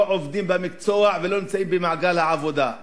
לא עובדים במקצוע ולא נמצאים במעגל העבודה.